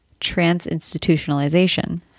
transinstitutionalization